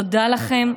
תודה לכם.